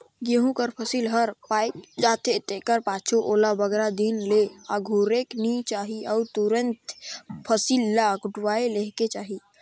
गहूँ कर फसिल हर पाएक जाथे तेकर पाछू ओला बगरा दिन ले अगुरेक नी चाही अउ तुरते फसिल ल कटुवाए लेहेक चाही